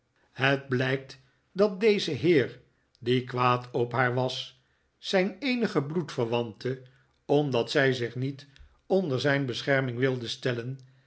het blijkt dat deze heer die kwaad op haar was zijn eenige bloedverwante omdat zij zich niet onder zijii bescherming wilde stellen